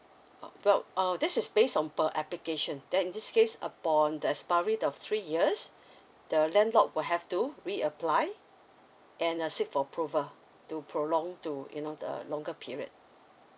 oh well uh this is based on per application then in this case upon the expiry of three years the landlord will have to reapply and uh seek for approval to prolong to you know the longer period